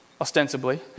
ostensibly